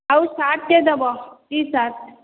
ଆଉ ସାର୍ଟଟିଏ ଦେବ ଟି ସାର୍ଟ